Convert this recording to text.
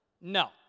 No